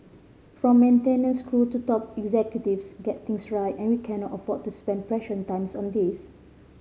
from maintenance crew to top executives get things right and we cannot afford to spend precious time on this